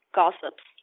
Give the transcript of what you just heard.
gossips